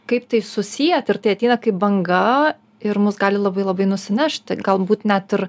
kaip tai susiję tir tai ateina kaip banga ir mus gali labai labai nusinešt galbūt net ir